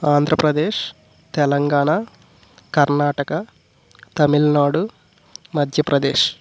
Andhra Pradesh Telangana Karnataka Tamil Nadu Madhya Pradesh